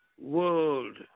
world